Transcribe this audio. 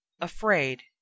afraid